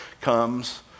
comes